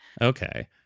Okay